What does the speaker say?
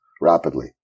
rapidly